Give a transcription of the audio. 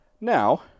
now